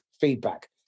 feedback